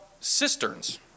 cisterns